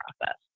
process